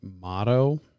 motto